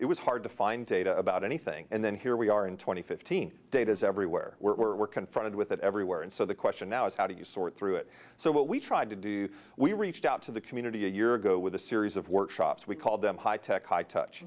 it was hard to find data about anything and then here we are in two thousand and fifteen data is everywhere we're confronted with it everywhere and so the question now is how do you sort through it so what we tried to do we reached out to the community a year ago with a series of workshops we called them high tech high touch